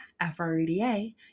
F-R-E-D-A